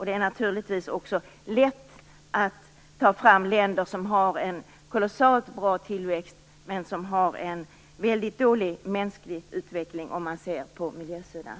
Det är naturligtvis också lätt att ta fram exempel på länder som har en kolossalt bra tillväxt men som har en väldigt dålig mänsklig utveckling om man ser till miljösidan.